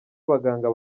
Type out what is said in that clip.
abaganga